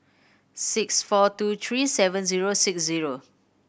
six four two three seven zero six zero